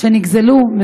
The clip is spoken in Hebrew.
שנגזלו